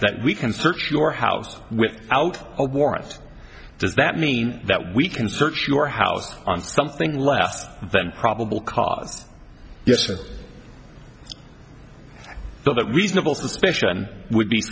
that we can search your house without a warrant does that mean that we can search your house on something less than probable cause yes or that reasonable suspicion would be